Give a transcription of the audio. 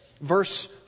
verse